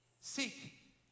seek